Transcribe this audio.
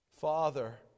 Father